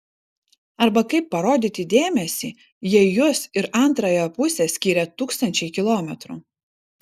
arba kaip parodyti dėmesį jei jus ir antrąją pusę skiria tūkstančiai kilometrų